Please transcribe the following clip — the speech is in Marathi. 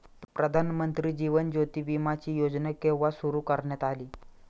प्रधानमंत्री जीवन ज्योती विमाची योजना केव्हा सुरू करण्यात आली?